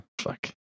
Fuck